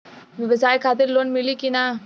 ब्यवसाय खातिर लोन मिली कि ना?